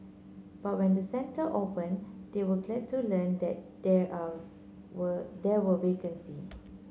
but when the centre opened they were glad to learn that there are were there were vacancy